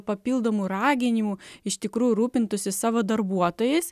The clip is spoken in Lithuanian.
papildomų raginimų iš tikrųjų rūpintųsi savo darbuotojais